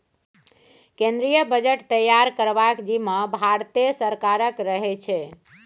केंद्रीय बजट तैयार करबाक जिम्माँ भारते सरकारक रहै छै